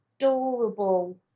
adorable